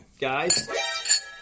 Guys